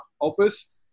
opus